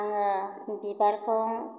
आङो बिबारखौ